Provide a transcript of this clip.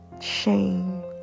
shame